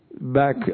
back